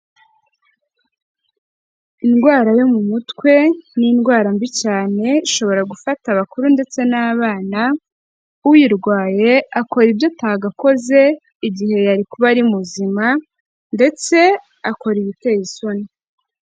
Indwara yo mu mutwe ni indwara mbi cyane, ishobora gufata abakuru ndetse n'abana, uyirwaye akora ibyo atagakoze igihe yari kuba ari muzima ndetse akora ibiteye isoni.